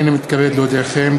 הנני מתכבד להודיעכם,